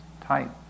tight